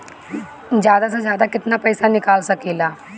जादा से जादा कितना पैसा निकाल सकईले?